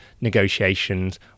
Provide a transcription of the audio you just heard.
negotiations